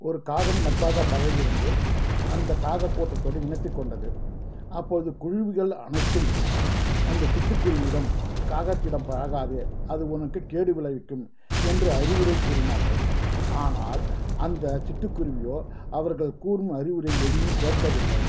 ஓர் காகம் நட்பாகப் பழகி வந்து அந்தக் காகக்கூட்டத்தோடு இணைத்துக்கொண்டது அப்போது குருவிகள் அனைத்தும் அந்ச்த சிட்டுக்குருவியிடம் காகத்திடம் பழகாதே அது உனக்கு கேடு விளைவிக்கும் என்ற அறிவுரையைக் கூறினார்கள் ஆனால் அந்தச் சிட்டுக்குருவியோ அவர்கள் கூறும் அறிவுரை எதையும் கேட்கவில்லை